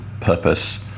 purpose